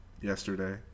yesterday